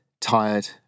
tired